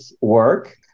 work